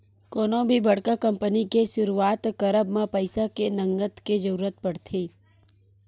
कोनो भी बड़का कंपनी के सुरुवात करब म पइसा के नँगत के जरुरत पड़थे